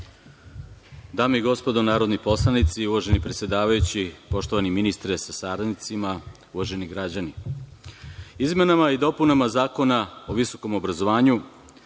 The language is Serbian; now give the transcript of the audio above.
Dame i gospodo narodni poslanici, uvaženi predsedavajući, poštovani ministre sa saradnicima, uvaženi građani, izmenama i dopunama Zakona o visokom obrazovanju